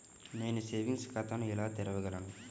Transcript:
నేను సేవింగ్స్ ఖాతాను ఎలా తెరవగలను?